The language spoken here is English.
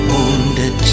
Wounded